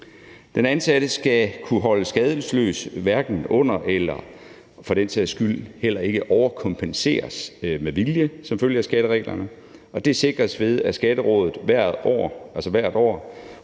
Den ansatte skal kunne holdes skadesløs og skal hverken underkompenseres eller for den sags skyld overkompenseres med vilje som følge af skattereglerne, og det sikres ved, at Skatterådet hvert år